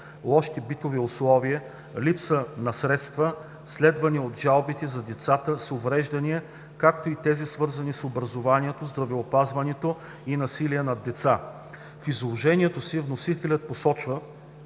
лоши битови условия, липса на средства, следвани от жалбите за децата с увреждания, както и тези, свързани с образованието, здравеопазването и насилието над деца. В изложението си вносителят посочва,